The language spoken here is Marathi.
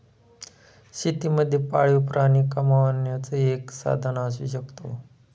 शेती मध्ये पाळीव प्राणी कमावण्याचं एक साधन असू शकतो